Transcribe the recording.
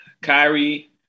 Kyrie